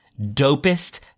dopest